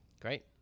Great